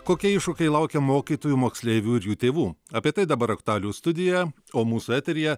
kokie iššūkiai laukia mokytojų moksleivių ir jų tėvų apie tai dabar aktualijų studija o mūsų eteryje